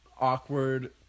awkward